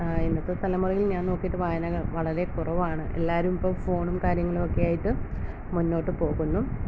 ഇന്നത്തെ തലമുറയിൽ ഞാൻ നോക്കീട്ട് വായന വളരെ കുറവാണ് എല്ലാവരും ഇപ്പം ഫോണും കാര്യങ്ങളുവൊക്കെ ആയിട്ട് മുന്നോട്ട് പോകുന്നു